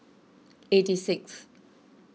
eighty sixth